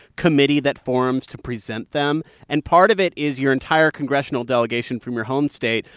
committee that forms to present them. and part of it is your entire congressional delegation from your home state.